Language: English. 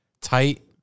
tight